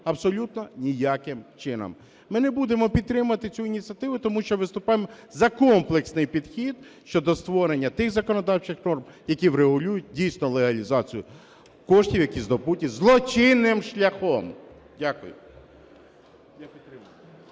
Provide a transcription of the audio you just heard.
Абсолютно ніяким чином. Ми не будемо підтримувати цю ініціативу, тому що виступаємо за комплексний підхід щодо створення тих законодавчих норм, які врегулюють дійсно легалізацію коштів, які здобуті злочинним шляхом. Дякую.